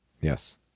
yes